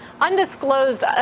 undisclosed